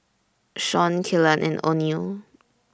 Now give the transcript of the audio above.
Shawn Kelan and Oneal